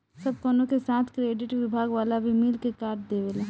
सब कवनो के साथ क्रेडिट विभाग वाला भी मिल के कार्ड देवेला